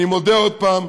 אני מודה עוד פעם,